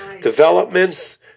Developments